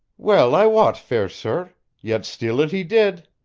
well i wot, fair sir yet steal it he did.